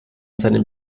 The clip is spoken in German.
seinen